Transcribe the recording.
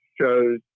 shows